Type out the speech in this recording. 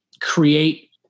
create